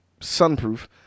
sunproof